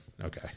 Okay